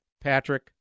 Patrick